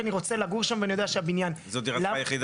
כי אני רוצה לגור שם ואני יודע שהבניין --- זאת דירתך היחידה?